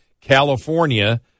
California